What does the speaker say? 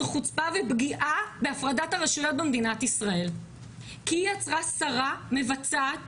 זו חוצפה ופגיעה בהפרדת הרשויות במדינת ישראל כי היא עצרה שרה מבצעת